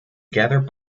gathered